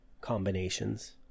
combinations